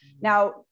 Now